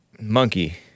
monkey